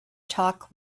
talk